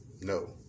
no